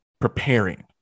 preparing